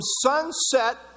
sunset